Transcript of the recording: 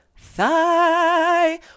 thigh